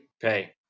Pay